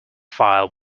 file